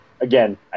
again